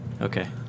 Okay